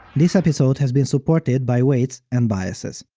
this episode has been supported by weights and biases.